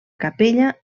capella